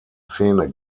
szene